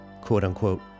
quote-unquote